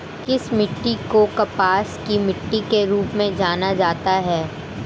किस मिट्टी को कपास की मिट्टी के रूप में जाना जाता है?